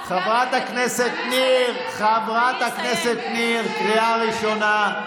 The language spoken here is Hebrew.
חברת הכנסת ניר, קריאה ראשונה.